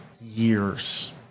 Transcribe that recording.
years